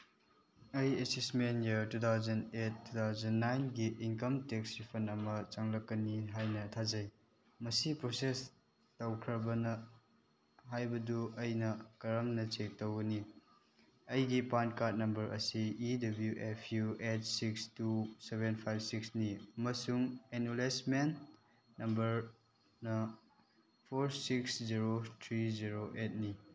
ꯑꯩ assessment year two thousand eight two thousand ꯅꯥꯏꯟꯒꯤ income tax refund ꯑꯃ ꯆꯪꯂꯛꯀꯅꯤ ꯍꯥꯏꯅ ꯊꯥꯖꯩ ꯃꯁꯤ ꯄ꯭ꯔꯣꯁꯦꯁ ꯇꯧꯈ꯭ꯔꯕꯅ ꯍꯥꯏꯕꯗꯨ ꯑꯩꯅ ꯀꯔꯝꯅ ꯆꯦꯛ ꯇꯧꯒꯅꯤ ꯑꯩꯒꯤ ꯄꯥꯟ ꯀꯥꯔꯗ ꯅꯝꯕꯔ ꯑꯁꯤ E W F U eight six two seven five ꯁꯤꯛꯁꯅꯤ ꯑꯃꯁꯨꯡ ꯑꯦꯛꯅꯣꯂꯦꯖꯃꯦꯟ ꯅꯝꯕꯔꯅ four six zero three zero ꯑꯩꯠꯅꯤ